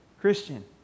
Christian